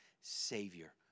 Savior